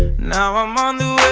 now i'm on the